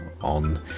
on